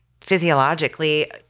physiologically